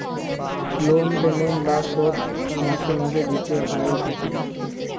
loan payment বা শোধ মাসে মাসে দিতে হই থাকি